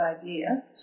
idea